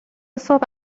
صبح